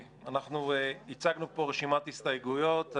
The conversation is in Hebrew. הצגנו פה רשימת הסתייגויות.